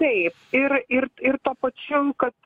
taip ir ir ir tuo pačiu kad